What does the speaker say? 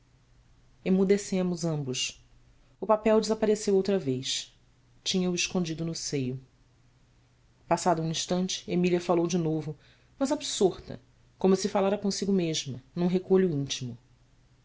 emudecemos ambos o papel desapareceu outra vez tinha-o escondido no seio passado um instante emília falou de novo mas absorta como se falara consigo mesma num recolho íntimo